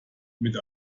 mit